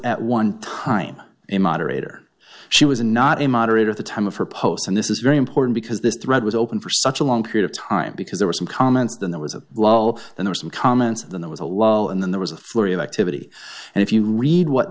at one time a moderator she was not a moderator of the time of her post and this is very important because this thread was open for such a long period of time because there were some comments than there was a lol there were some comments of then there was a low and then there was a flurry of activity and if you read what